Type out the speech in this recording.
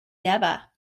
never